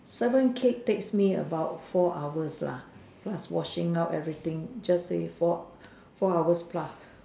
seven cake takes me about four hours lah plus washing up everything just say four four hours plus